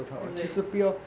对不对